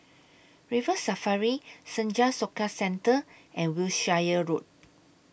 River Safari Senja Soka Centre and Wiltshire Road